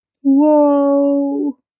Whoa